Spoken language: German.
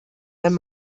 wenn